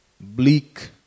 bleak